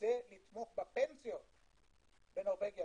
וזה לתמוך בפנסיות בנורבגיה.